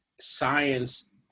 science